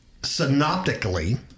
synoptically